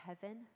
heaven